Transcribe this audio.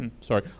sorry